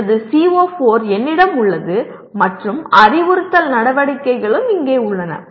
எனது CO4 என்னிடம் உள்ளது மற்றும் அறிவுறுத்தல் நடவடிக்கைகளும் இங்கே உள்ளன